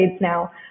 now